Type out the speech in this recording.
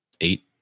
eight